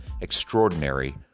extraordinary